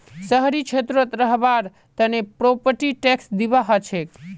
शहरी क्षेत्रत रहबार तने प्रॉपर्टी टैक्स दिबा हछेक